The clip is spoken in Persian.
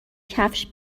کفش